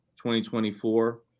2024